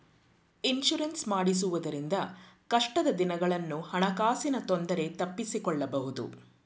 insurance ಮಾಡಿಸುವುದರಿಂದ ಕಷ್ಟದ ದಿನಗಳನ್ನು ಹಣಕಾಸಿನ ತೊಂದರೆ ತಪ್ಪಿಸಿಕೊಳ್ಳಬಹುದು